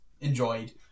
enjoyed